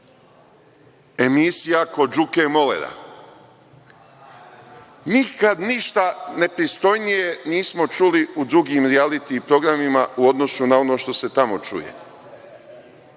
emisija kod Đuke molera. Nikad ništa nepristojnije nismo čuli u drugim rijaliti programima u odnosu na ono što se tamo čuje.